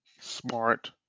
smart